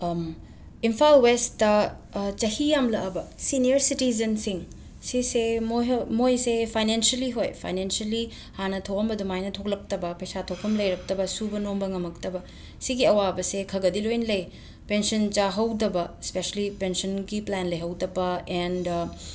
Imphal west ꯆꯍꯤ ꯌꯥꯝꯂꯛꯑꯕ senior ꯁꯤꯇꯤꯖꯟꯁꯤꯡ ꯁꯤꯁꯦ ꯃꯣꯏꯍꯣ ꯃꯣꯏꯁꯦ ꯐꯥꯏꯅꯦꯟꯁꯦꯜꯂꯤ ꯍꯣꯏ ꯐꯥꯏꯅꯦꯟꯁꯦꯜꯂꯤ ꯍꯥꯟꯅ ꯊꯣꯛꯑꯝꯕ ꯑꯗꯨꯃꯥꯏꯅ ꯊꯣꯛꯂꯛꯇꯕ ꯄꯩꯁꯥ ꯊꯣꯛꯐꯝ ꯂꯩꯔꯛꯇꯕ ꯁꯨꯕ ꯅꯣꯝꯕ ꯉꯝꯃꯛꯇꯕ ꯁꯤꯒꯤ ꯑꯋꯥꯕꯁꯦ ꯈꯒꯗꯤ ꯂꯣꯏꯅ ꯂꯩ ꯄꯦꯟꯁꯤꯟ ꯆꯥꯍꯧꯗꯕ ꯑꯦꯁꯄꯤꯁꯦꯜꯂꯤ ꯄꯦꯟꯁꯟꯒꯤ ꯄ꯭ꯂꯥꯟ ꯂꯩꯍꯧꯗꯕ ꯑꯦꯟꯗ